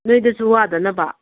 ꯅꯣꯏꯗꯁꯨ ꯋꯥꯗꯅꯕ